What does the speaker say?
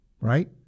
Right